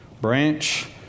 branch